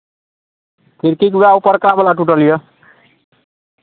खिड़कीके उएह उपरकावला टूटल यए